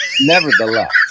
nevertheless